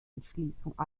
entschließung